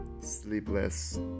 Sleepless